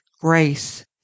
grace